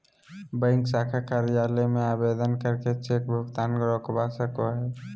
bank शाखा कार्यालय में आवेदन करके चेक भुगतान रोकवा सको हय